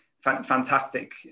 Fantastic